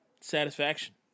satisfaction